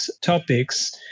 topics